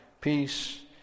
peace